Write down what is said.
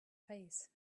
face